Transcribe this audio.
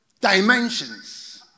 dimensions